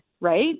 Right